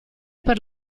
per